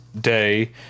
day